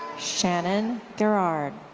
shannon gerard.